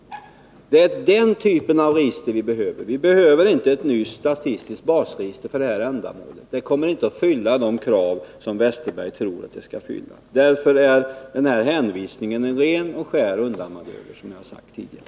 Det är den typen av register vi behöver för detta ändamål — inte ett nytt statistiskt basregister. Ett sådant kommer inte att uppfylla de krav som Per Westerberg tror att det skall uppfylla. Därför är, som jag har sagt tidigare, hänvisningen till basregistret en ren och skär undanmanöver.